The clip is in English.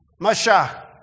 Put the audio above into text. Masha